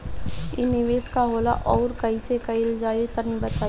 इ निवेस का होला अउर कइसे कइल जाई तनि बताईं?